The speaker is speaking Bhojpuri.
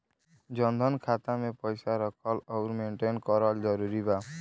जनधन खाता मे पईसा रखल आउर मेंटेन करल जरूरी बा?